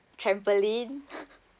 trampoline